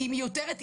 היא מיותרת,